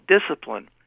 discipline